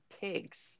pigs